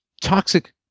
toxic